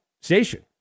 station